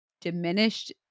diminished